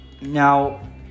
Now